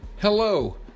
Hello